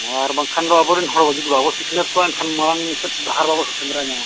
ᱟᱨ ᱵᱟᱝᱠᱷᱟᱱ ᱟᱵᱚ ᱨᱮᱱ ᱦᱚᱲ ᱵᱟᱵᱚᱱ ᱥᱤᱠᱷᱟᱹᱱᱟᱹᱛ ᱠᱚᱣᱟ ᱮᱱᱠᱷᱟᱱ ᱢᱟᱲᱝ ᱥᱮᱫ ᱰᱟᱦᱟᱨ ᱵᱟᱵᱚᱱ ᱥᱮᱸᱫᱽᱨᱟ ᱧᱟᱢᱟ